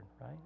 right